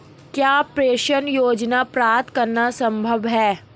क्या पेंशन योजना प्राप्त करना संभव है?